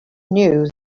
knew